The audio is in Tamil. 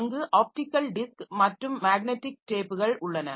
அங்கு ஆப்டிகல் டிஸ்க் மற்றும் மேக்னடிக் டேப்கள் உள்ளன